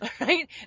Right